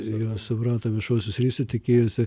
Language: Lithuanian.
jo suprato viešuosius ryšius tikėjosi